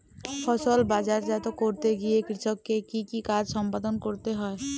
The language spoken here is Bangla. ফসল বাজারজাত করতে গিয়ে কৃষককে কি কি কাজ সম্পাদন করতে হয়?